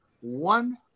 one